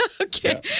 Okay